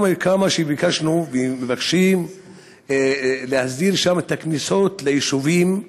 כמה שביקשנו ומבקשים להסדיר שם את הכניסות ליישובים,